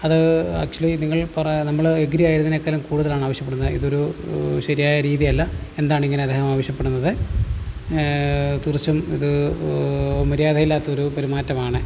അത് ആക്ച്വലി നിങ്ങൾ പറ നമ്മൾ എഗ്രീ ആയതിനേക്കാളും കൂടുതലാണ് ആവശ്യപ്പെടുന്നത് ഇതൊരു ശരിയായ രീതി അല്ല എന്താണിങ്ങനെ അദ്ദേഹം ആവശ്യപ്പെടുന്നത് തീർത്തും ഇത് മര്യാദയില്ലാത്തൊരു പെരുമാറ്റമാണ്